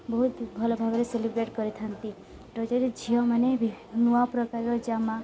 ବହୁତ ଭଲ ଭାବରେ ସେଲିବ୍ରେଟ କରିଥାନ୍ତି ରଜରେ ଝିଅମାନେ ନୂଆ ପ୍ରକାରର ଜାମା